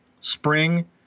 spring